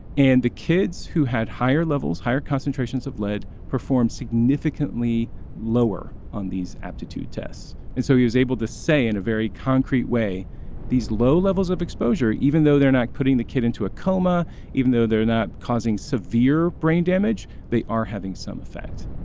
and the kids who had higher levels higher concentrations of lead performed significantly lower on these aptitude tests. and so he was able to say in a very concrete way these low levels of exposure even though they're not putting the kid into a coma even though they're not causing severe brain damage. they are having some effect